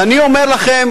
ואני אומר לכם,